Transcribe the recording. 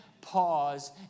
pause